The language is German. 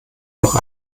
noch